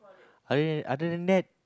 I mean other than that